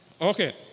Okay